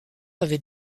avait